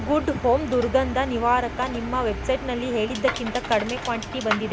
good Home ದುರ್ಗಂಧ ನಿವಾರಕ ನಿಮ್ಮ ವೆಬ್ಸೈಟ್ನಲ್ಲಿ ಹೇಳಿದ್ದಕ್ಕಿಂತ ಕಡಿಮೆ ಕ್ವಾಂಟಿಟಿ ಬಂದಿದೆ